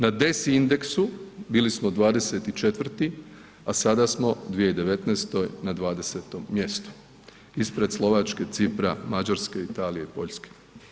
Na DES Indeksu bili smo 24., a sada smo u 2019. na 20. mjestu ispred Slovačke, Cipra, Mađarske, Italije i Poljske.